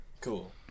cool